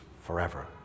forever